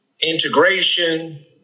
integration